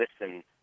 listen